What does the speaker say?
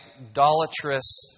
idolatrous